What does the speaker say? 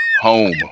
home